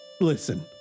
listen